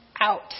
out